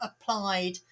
applied